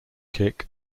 kick